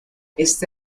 éste